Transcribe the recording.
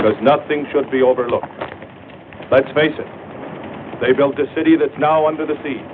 because nothing should be overlooked let's face it they built a city that's now under the